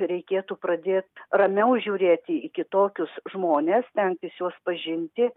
reikėtų pradėt ramiau žiūrėti į kitokius žmones stengtis juos pažinti